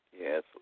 Yes